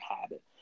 habit